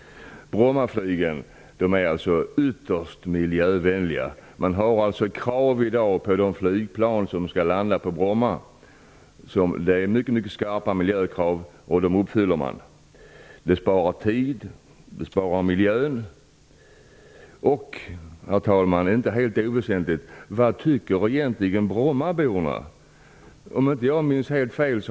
Brommaflygen är ytterst miljövänliga. Man har i dag mycket skarpa miljökrav på de flygplan som skall landa på Bromma. De uppfylls. Det sparar tid, och det sparar miljön. Det är inte helt oväsentligt, herr talman, vad Brommaborna egentligen tycker.